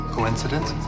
Coincidence